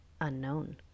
unknown